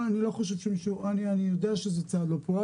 אני יודע שזה צעד לא פופולרי,